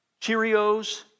Cheerios